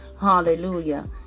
Hallelujah